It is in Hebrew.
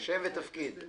שם ותפקיד?